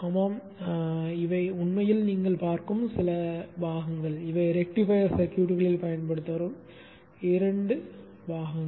ஆமாம் இவை உண்மையில் நீங்கள் பார்க்கும் சில பாகங்கள் இவை ரெக்டிஃபையர் சர்க்யூட்களில் பயன்படுத்தப்படும் 2 செட் கூறுகள்